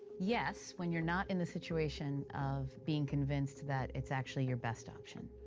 yes, when you're not in the situation of being convinced that it's actually your best option.